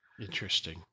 Interesting